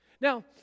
Now